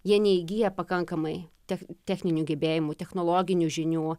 jie neįgyja pakankamai tech techninių gebėjimų technologinių žinių